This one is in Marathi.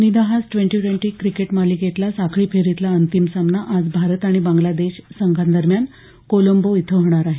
निदाहास ट्वेंटी ट्वेंटी क्रिकेट मालिकेतला साखळी फेरीतला अंतिम सामना आज भारत आणि बांगला देश संघांदरम्यान कोलंबो इथे होणार आहे